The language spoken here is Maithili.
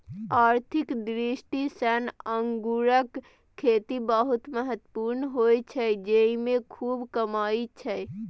आर्थिक दृष्टि सं अंगूरक खेती बहुत महत्वपूर्ण होइ छै, जेइमे खूब कमाई छै